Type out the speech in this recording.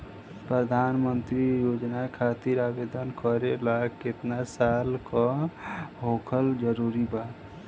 प्रधानमंत्री योजना खातिर आवेदन करे ला केतना साल क होखल जरूरी बा?